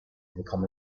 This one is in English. become